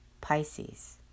Pisces